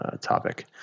topic